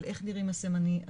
של איך נראים הסימנים,